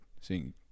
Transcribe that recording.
seeing